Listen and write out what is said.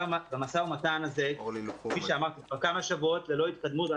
ומתן הזה כבר כמה שבועות ללא התקדמות.